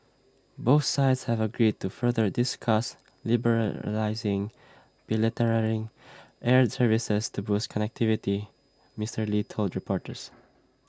both sides have agreed to further discuss liberalising air services to boost connectivity Mister lee told reporters